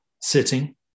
sitting